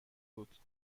بود